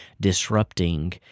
disrupting